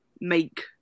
make